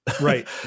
Right